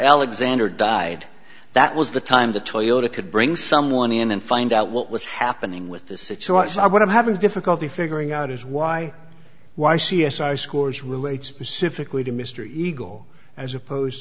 alexander died that was the time the toyota could bring someone in and find out what was happening with this situation i would have having difficulty figuring out is why why c s r scores relate specifically to mr eagle as opposed